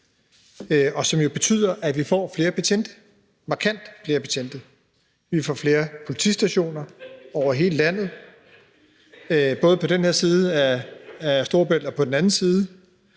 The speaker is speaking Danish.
og som jo betyder, at vi får flere betjente, markant flere betjente. Vi får flere politistationer over hele landet, både på den her side af Storebælt og på den anden side.